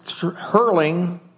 hurling